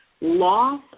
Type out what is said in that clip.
loss